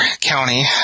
county